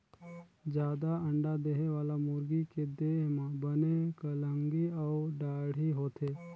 जादा अंडा देहे वाला मुरगी के देह म बने कलंगी अउ दाड़ी होथे